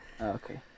Okay